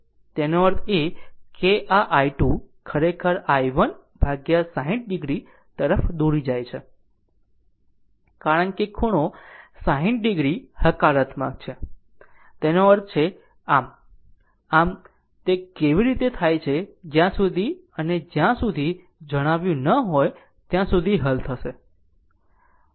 એનો અર્થ એ કે આ i2 ખરેખર i1 60 o તરફ દોરી જાય છે કારણ કે ખૂણો 60 o હકારાત્મક છે તેનો અર્થ છે આમ આ તે કેવી રીતે થાય છે જ્યાં સુધી અને જ્યાં સુધી જણાવ્યું ન હોય ત્યાં સુધી હલ થશે